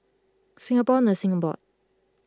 Singapore Nursing Board